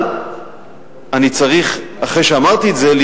אבל אחרי שאמרתי את זה,